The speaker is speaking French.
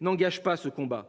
n'engage pas ce combat.